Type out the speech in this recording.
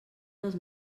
dels